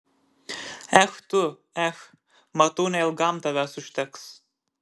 ech tu ech matau neilgam tavęs užteks